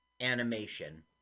animation